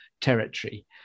territory